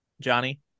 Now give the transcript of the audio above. Johnny